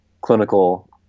clinical